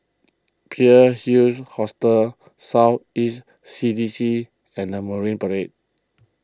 Pearl's Hill Hostel South East C D C and the Marine Parade